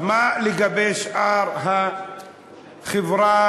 מה לגבי שאר החברה,